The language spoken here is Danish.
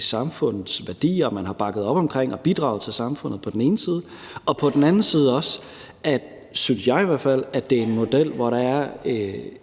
samfundets værdier; og at man har bakket op omkring og bidraget til samfundet på den ene side, og at vi på den anden side også – synes jeg i hvert fald – har en model, hvor der er